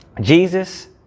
Jesus